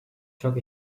çok